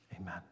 Amen